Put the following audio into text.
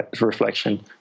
reflection